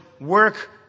work